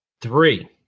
three